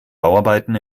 bauarbeiten